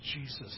Jesus